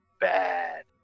bad